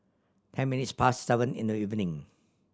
ten minutes past seven in the evening